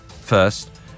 First